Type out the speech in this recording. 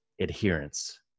adherence